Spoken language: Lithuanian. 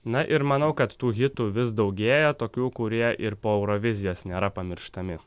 na ir manau kad tų hitų vis daugėja tokių kurie ir po eurovizijas nėra pamirštami